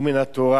הוא מן התורה.